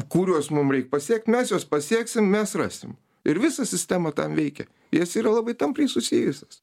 kuriuos mum reik pasiekt mes juos pasieksim mes rasim ir visa sistema tam veikia jos yra labai tampriai susijusios